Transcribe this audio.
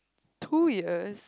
two years